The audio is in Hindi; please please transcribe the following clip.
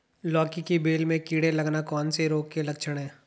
लौकी की बेल में कीड़े लगना कौन से रोग के लक्षण हैं?